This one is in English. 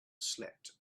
slept